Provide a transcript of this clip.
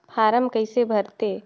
Form कइसे भरते?